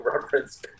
reference